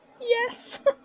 Yes